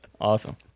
awesome